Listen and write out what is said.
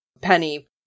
Penny